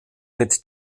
mit